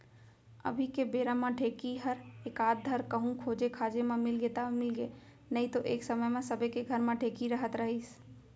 अभी के बेरा म ढेंकी हर एकाध धर कहूँ खोजे खाजे म मिलगे त मिलगे नइतो एक समे म सबे के घर म ढेंकी रहत रहिस